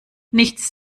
nichts